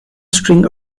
string